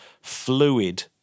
fluid